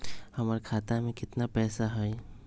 हमर खाता में केतना पैसा हई?